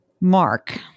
Mark